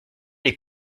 les